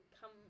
come